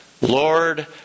Lord